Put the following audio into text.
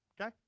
Okay